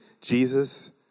Jesus